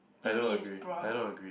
to me is prawns